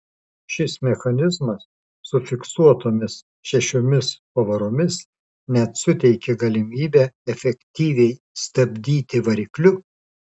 šis mechanizmas su fiksuotomis šešiomis pavaromis net suteikė galimybę efektyviai stabdyti varikliu